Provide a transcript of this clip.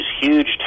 huge